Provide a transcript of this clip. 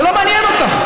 זה לא מעניין אותך.